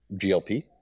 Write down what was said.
glp